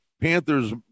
Panthers